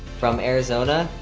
from arizona.